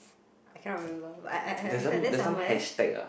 I cannot remember but I I I heard that somewhere